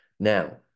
Now